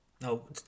No